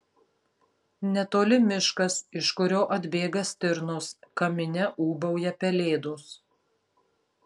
netoli miškas iš kurio atbėga stirnos kamine ūbauja pelėdos